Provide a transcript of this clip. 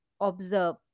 observe